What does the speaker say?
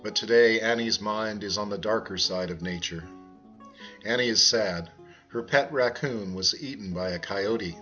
but today and his mind is on the darker side of nature and he is sad her pet raccoon was eaten by a coyote